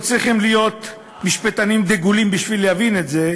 צריכים להיות משפטנים דגולים כדי להבין אותם.